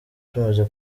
tumaze